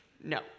no